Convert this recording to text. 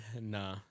Nah